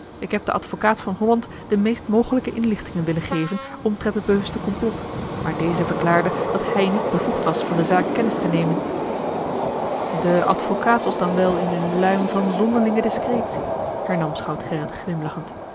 ik heb den advocaat van holland de meest mogelijke inlichtingen willen geven omtrent het bewuste complot maar deze verklaarde dat hij niet bevoegd was van de zaak kennis te nemen de advocaat was dan wel in eene luim van zonderlinge discretie hernam schout gerrit glimlachend